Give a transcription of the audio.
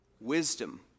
wisdom